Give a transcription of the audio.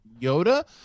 Yoda